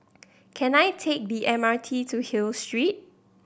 can I take the M R T to Hill Street